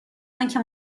آنکه